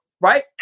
right